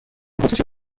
اتریشی